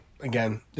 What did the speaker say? again